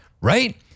Right